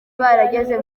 barageze